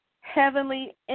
heavenly